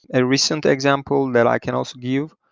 a recent example that i can also give,